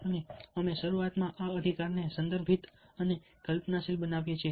અને અમે શરૂઆતમાં આ અધિકારને સંદર્ભિત અને કલ્પનાશીલ બનાવીએ છીએ